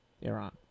Iran